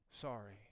sorry